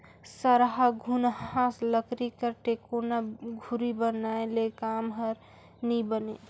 सरहा घुनहा लकरी कर टेकोना धूरी बनाए ले काम हर नी बने